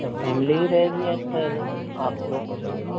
अच्छा फैमिली ही रहेगी या सर आप लोग